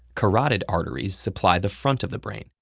carotid arteries supply the front of the brain,